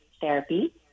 therapy